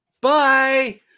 bye